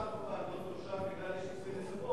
הצעה דחופה לא מאושרת בגלל איזה נסיבות.